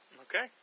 Okay